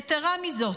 יתרה מזאת,